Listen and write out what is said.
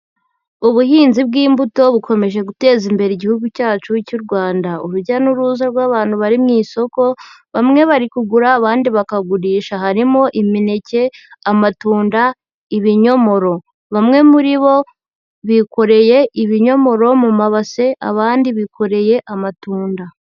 Ubuhinzi bw'imbuto bukomeje guteza imbere Igihugu cyacu cy'u Rwanda, urujya n'uruza rw'abantu bari mu isoko bamwe bari kugura abandi bakagurisha harimo imineke, amatunda, ibinyomoro bamwe muri bo bikoreye ibinyomoro mu mabase abandi bikoreye amatunda.